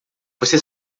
você